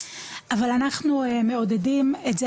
אבל אנחנו מעודדים את זה